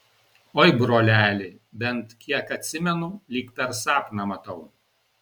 oi broleli bent kiek atsimenu lyg per sapną matau